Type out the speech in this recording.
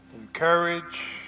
encourage